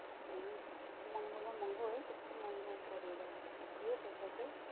हेरन महँगो न महँगो हो कस्तो महँगो गरेर लियो पैसा चाहिँ